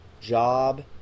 Job